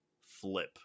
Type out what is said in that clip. flip